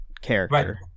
character